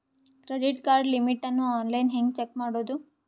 Credit card limit ಅನ್ನು online ಹೆಂಗ್ check ಮಾಡೋದು?